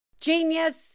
Genius